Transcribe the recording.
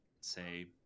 say